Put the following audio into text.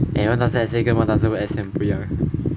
eh one thousand essay 跟 one thousand essay 很不一样 leh